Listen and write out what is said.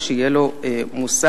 ושיהיה לו מוסר.